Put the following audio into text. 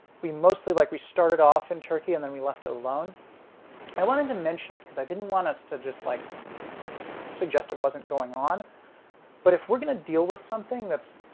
we mostly like we started off in turkey and then we left it alone i wanted to mention it because i didn't want us to just like suggest it wasn't going on but if we're going to deal with something that's